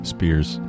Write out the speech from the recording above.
Spears